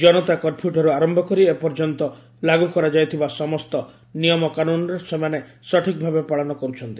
ଜନତା କର୍ଫ୍ୟୁଠାରୁ ଆରନ୍ଭ କରି ଏ ପର୍ଯ୍ୟନ୍ତ ଲାଗୁ କରାଯାଇଥିବା ସମସ୍ତ ନିୟମ କାନୁନ୍ର ସେମାନେ ସଠିକ୍ ଭାବେ ପାଳନ କରୁଛନ୍ତି